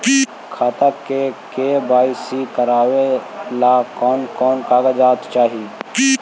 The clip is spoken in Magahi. खाता के के.वाई.सी करावेला कौन कौन कागजात चाही?